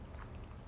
mm